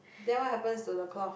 then what happens to the cloth